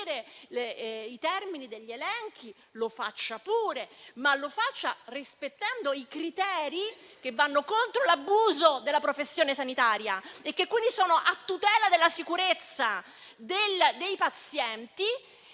i termini degli elenchi, lo facciano pure, ma rispettando i criteri che vanno contro l'abuso della professione sanitaria e che quindi sono a tutela della sicurezza dei pazienti